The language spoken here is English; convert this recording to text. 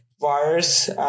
virus